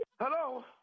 Hello